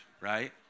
right